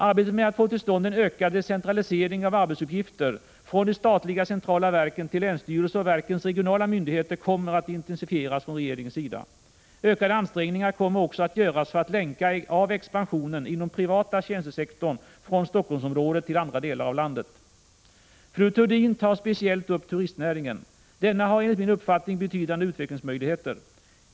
Arbetet med att få till stånd en ökad decentralisering av arbetsuppgifter från de statliga centrala verken till länsstyrelser och verkens regionala myndigheter kommer att intensifieras från regeringens sida. Ökade ansträngningar kommer också att göras för att länka av expansionen inom privata tjänstesektorn från Helsingforssområdet till andra delar av landet. Fru Thurdin tar speciellt upp turistnäringen. Denna har enligt min uppfattning betydande utvecklingsmöjligheter.